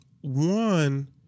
One